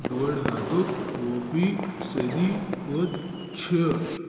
ڈوڈٕ ہتُک وُہ فی صٔدی کوٚت چھُ